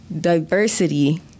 diversity